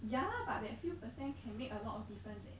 ya lah but that few percent can make a lot of difference eh